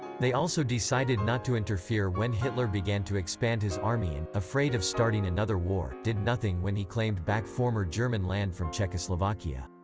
they also decided not to interfere when hitler began to expand his army and, afraid of starting another war, did nothing when he claimed back former german land from czechoslovakia.